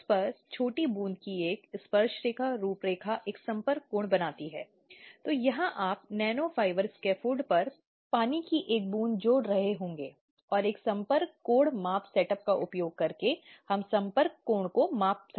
पार्टियों के बयान व्यक्तिगत प्रश्नों के लिए उनकी प्रतिक्रिया सभी को एक साथ रखा जाना चाहिए और फिर जब यह सब एक साथ रखा जाता है तो इसका पूरी तरह से अध्ययन और विश्लेषण किया जाना चाहिए